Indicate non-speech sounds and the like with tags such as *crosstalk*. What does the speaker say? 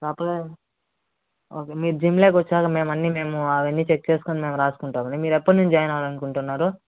*unintelligible* okay మీరు జిమ్లోకి వచ్చాక మేమన్ని మేము అవన్నీ చెక్ చేసుకొని మేము రాసుకుంటాం మీరెప్పడి నుండి జాయిన్ అవ్వాలి అనుకుంటున్నారు